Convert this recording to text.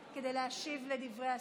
כדי להשיב על דברי השר.